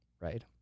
right